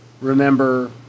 remember